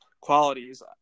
qualities